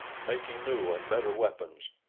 making new and better weapons,